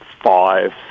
five